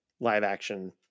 live-action